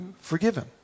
forgiven